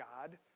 God